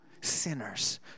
sinners